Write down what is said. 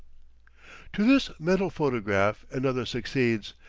to this mental photograph another succeeds,